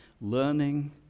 learning